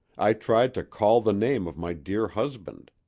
i tried to call the name of my dear husband.